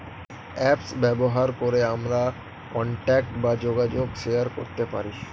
apps ব্যবহার করে আমরা কন্টাক্ট বা যোগাযোগ শেয়ার করতে পারি